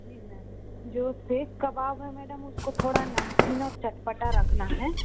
जी ma'am जो शीक़बाब हैं madam उसको थोड़ा नमकीन और चटपटा रखना है